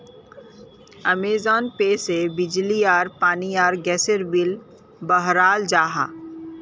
Amazon pay से बिजली आर पानी आर गसेर बिल बहराल जाहा